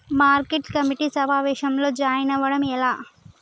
Market committee సమావేశంలో join అవ్వడం ఎలా?